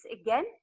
again